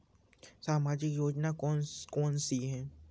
सामाजिक योजना कौन कौन सी हैं?